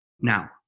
Now